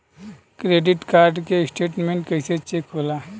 Credit card के statement कइसे check होला?